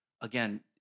again